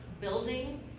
building